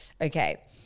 Okay